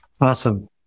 Awesome